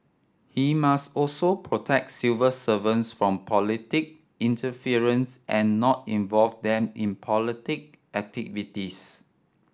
he must also protect civil servants from politic interference and not involve them in politic activities